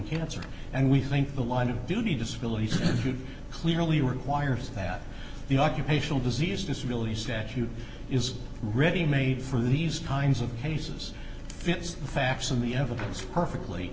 cancer and we think the line of duty disability and clearly requires that the occupational disease disability statute is ready made for these kinds of cases since the facts of the evidence perfectly